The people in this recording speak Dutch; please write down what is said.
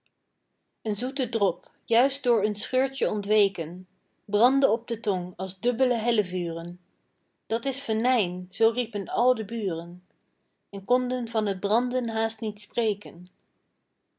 een zoete drop juist door een scheurtje ontweken brandde op de tong als dubbele hellevuren dat is venijn zoo riepen al de buren en konden van het branden haast niet spreken